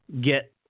get